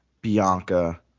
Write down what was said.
Bianca